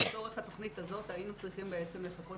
ולצורך התוכנית הזאת היינו צריכים לחכות